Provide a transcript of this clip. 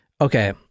Okay